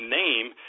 name